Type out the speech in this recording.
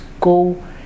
go